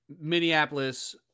Minneapolis